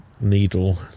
needle